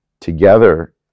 together